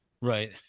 Right